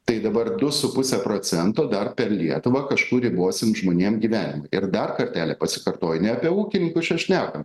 tai dabar du su puse procento dar per lietuvą kažkur ribosim žmonėm gyvent ir dar kartelį pasikartoju ne apie ūkininkus čia šnekame